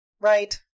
Right